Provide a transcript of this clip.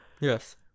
Yes